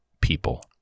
people